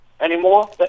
anymore